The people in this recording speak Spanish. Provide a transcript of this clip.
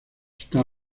está